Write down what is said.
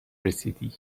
رسیدی